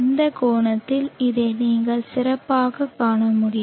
இந்த கோணத்தில் இதை நீங்கள் சிறப்பாகக் காண முடியும்